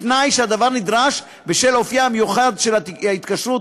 בתנאי שהדבר נדרש בשל אופייה המיוחד של ההתקשרות